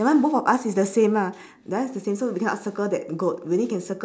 that one both of us is the same lah that one is the same so we cannot circle that goat we only can circle